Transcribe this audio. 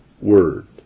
word